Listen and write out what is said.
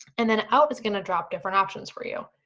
and then out is gonna drop different options for you.